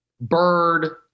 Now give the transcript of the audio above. Bird